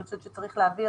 אני חושבת שצריך להעביר